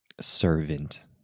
servant